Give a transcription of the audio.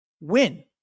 Win